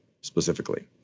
specifically